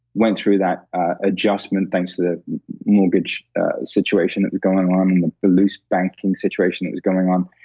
went through that adjustment thanks to the mortgage situation that was going on and the the loose banking situation that was going on.